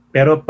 Pero